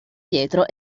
pietro